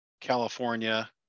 California